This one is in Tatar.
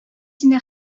сине